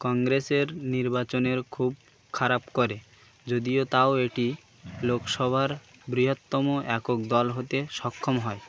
কংগ্রেসের নির্বাচনের খুব খারাপ করে যদিও তাও এটি লোকসভার বৃহত্তম একক দল হতে সক্ষম হয়